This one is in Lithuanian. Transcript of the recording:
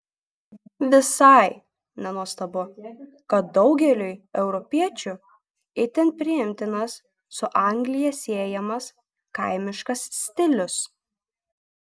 visai nenuostabu kad daugeliui europiečių itin priimtinas su anglija siejamas kaimiškas stilius